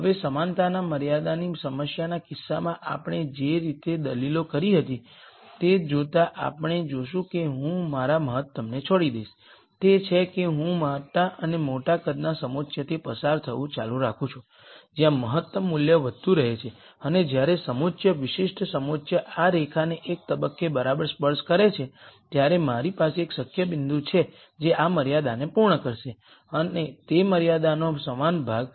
હવે સમાનતાના મર્યાદાની સમસ્યાના કિસ્સામાં આપણે જે તે દલીલો કરી હતી તે જોતા આપણે જોશું કે હું મારા મહત્તમને છોડી દઈશ તે છે કે હું મોટા અને મોટા કદના સમોચ્ચથી પસાર થવું ચાલુ રાખું છું જ્યાં મહત્તમ મૂલ્ય વધતું રહે છે અને જ્યારે સમોચ્ચ વિશિષ્ટ સમોચ્ચ આ રેખાને એક તબક્કે બરાબર સ્પર્શ કરે છે ત્યારે મારી પાસે એક શક્ય બિંદુ છે જે આ મર્યાદાને પૂર્ણ કરશે તે મર્યાદા નો સમાન ભાગ